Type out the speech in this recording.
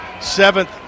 Seventh